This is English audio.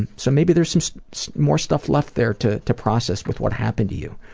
and so maybe there's some more stuff left there to to process with what happened to you.